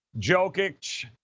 Jokic